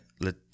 let